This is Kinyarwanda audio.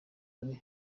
bari